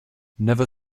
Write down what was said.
never